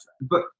but-